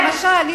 למשל,